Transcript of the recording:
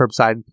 curbside